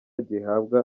gihabwa